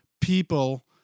people